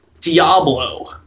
Diablo